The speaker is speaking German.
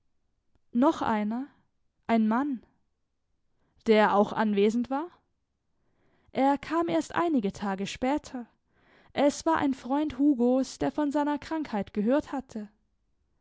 noch einer ein mann der auch anwesend war er kam erst einige tage später es war ein freund hugos der von seiner krankheit gehört hatte